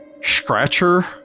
Scratcher